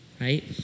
right